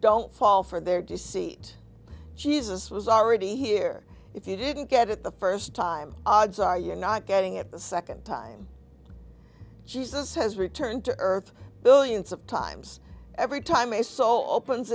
don't fall for their d c jesus was already here if you didn't get it the first time odds are you're not getting it the second time jesus has returned to earth billions of times every time a soul opens